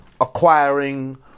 acquiring